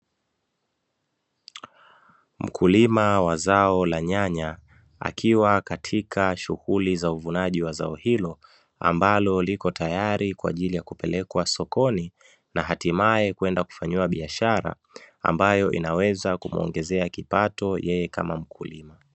Mkulima wa zao la nyanya akiwa katika shughuli za uvunaji wa zao hilo ambalo liko tayari kwa ajili ya kupelekwa sokoni, na hatimae kwenda kufanyiwa biashara ambayo inaweza kumuongezea kipato yeye kama mkulima.